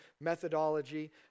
methodology